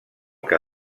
que